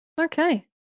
okay